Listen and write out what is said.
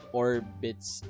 orbits